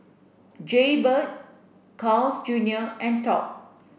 Jaybird Carl's Junior and Top